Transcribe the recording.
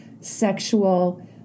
sexual